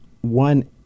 one